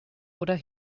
oder